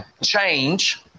change